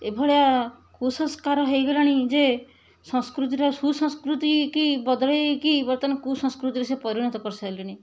ଏ ଭଳିଆ କୁସଂସ୍କାର ହେଇଗଲାଣି ଯେ ସଂସ୍କୃତିର ସୁସଂସ୍କୃତି କି ବଦଳେଇକି ବର୍ତ୍ତମାନ କୁସଂସ୍କୃତିରେ ସେ ପରିଣତ କରି ସାରିଲେଣି